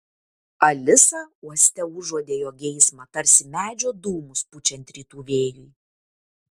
alisa uoste užuodė jo geismą tarsi medžio dūmus pučiant rytų vėjui